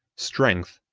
strength,